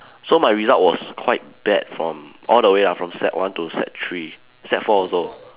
so my result was quite bad from all the way ah from sec one to sec three sec four also